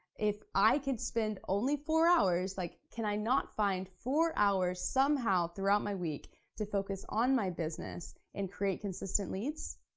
if i could spend only four hours, like can i not find four hours somehow throughout my week to focus on my business and create consistent leads?